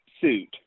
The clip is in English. suit